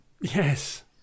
Yes